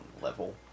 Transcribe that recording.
level